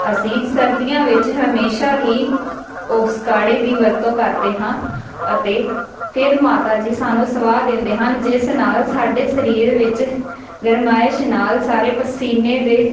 ਅਸੀਂ ਸਰਦੀਆਂ ਵਿੱਚ ਹਮੇਸ਼ਾ ਹੀ ਉਸ ਕਾੜੇ ਦੀ ਵਰਤੋਂ ਕਰਦੇ ਹਾਂ ਅਤੇ ਫਿਰ ਮਾਤਾ ਜੀ ਸਾਨੂੰ ਸੁਲਾ ਦਿੰਦੇ ਹਨ ਜਿਸ ਨਾਲ ਸਾਡੇ ਸਰੀਰ ਵਿੱਚ ਗਰਮਾਇਸ਼ ਨਾਲ ਸਾਰੇ ਪਸੀਨੇ ਦੇ